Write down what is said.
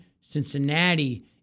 Cincinnati